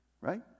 Right